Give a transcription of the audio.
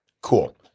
cool